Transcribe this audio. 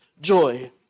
joy